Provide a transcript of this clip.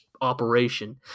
operation